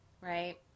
right